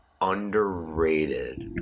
underrated